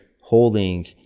holding